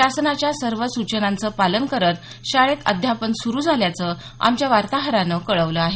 शासनाच्या सर्व सूचनांचे पालन करत शाळेत अध्यापन सुरू झाल्याचं आमच्या वार्ताहरानं कळवलं आहे